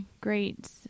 great